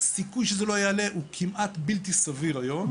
הסיכוי שזה לא יעלה הוא כמעט בלתי סביר היום.